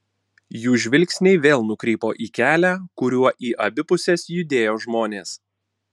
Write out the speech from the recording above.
jų žvilgsniai vėl nukrypo į kelią kuriuo į abi puses judėjo žmonės